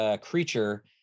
creature